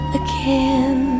again